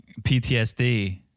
PTSD